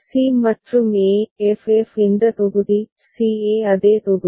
c மற்றும் e f f இந்த தொகுதி c e அதே தொகுதி